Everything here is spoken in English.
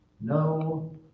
No